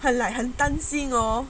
很 like 很担心 hor